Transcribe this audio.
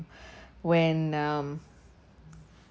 when um